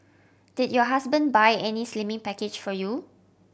did your husband buy any slimming package for you